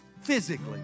Physically